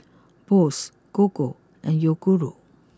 Bose Gogo and Yoguru